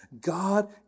God